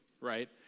right